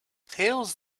tales